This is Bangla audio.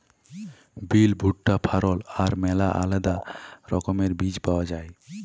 বিল, ভুট্টা, ফারল আর ম্যালা আলেদা রকমের বীজ পাউয়া যায়